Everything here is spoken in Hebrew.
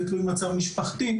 זה תלוי מצב משפחתי.